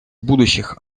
будущих